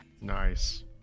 nice